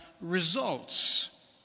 results